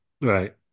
Right